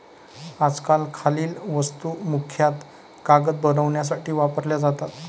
आजकाल खालील वस्तू मुख्यतः कागद बनवण्यासाठी वापरल्या जातात